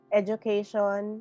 education